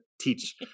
teach